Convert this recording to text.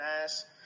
nice